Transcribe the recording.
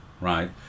right